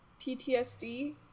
PTSD